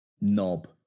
knob